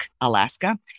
Alaska